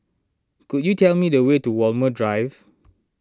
could you tell me the way to Walmer Drive